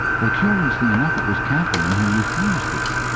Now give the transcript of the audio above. but curiously enough it was katharine who refused this.